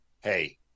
hey